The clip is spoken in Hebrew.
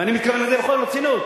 ואני מתכוון לזה בכל הרצינות.